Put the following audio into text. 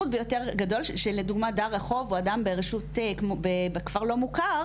דר רחוב, או אדם בכפר לא מוכר,